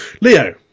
Leo